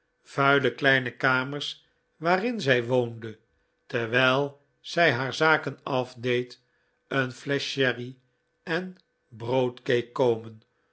vuile kleine kamers waarin zij woonde terwijl zij haar zaken afdeed een flesch sherry en broodcake komen